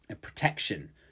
Protection